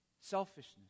selfishness